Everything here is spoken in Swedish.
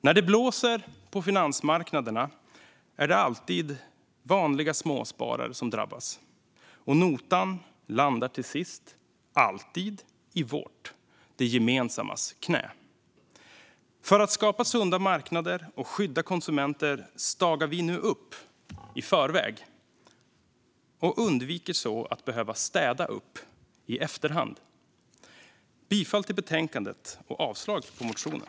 När det blåser på finansmarknaderna är det alltid vanliga småsparare som drabbas, och notan landar till sist alltid i vårt, det gemensammas, knä. För att skapa sunda marknader och skydda konsumenter stagar vi nu upp i förväg och undviker på så sätt att behöva städa upp i efterhand. Jag yrkar bifall till utskottets förslag och avslag på motionen.